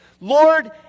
Lord